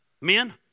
men